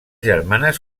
germanes